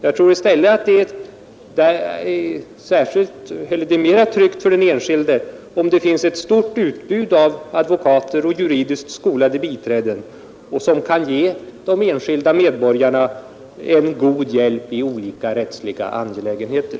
Jag tror i stället att det är mera tryggt för den enskilde om det finns ett stort utbud av advokater och juridiskt skolade biträden, som kan ge de enskilda medborgarna en god hjälp i rättsliga angelägenheter.